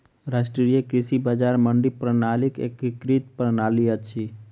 राष्ट्रीय कृषि बजार मंडी प्रणालीक एकीकृत प्रणाली अछि